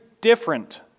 different